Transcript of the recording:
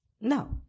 No